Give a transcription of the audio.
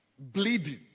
bleeding